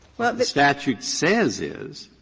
what the statute says is